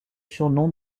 surnom